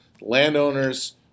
Landowners